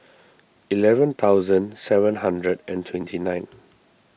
eleven thousand seven hundred and twenty nine